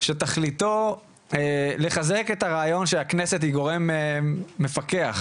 שתכליתו לחזק את הרעיון שהכנסת היא גורם מפקח.